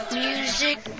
music